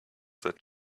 that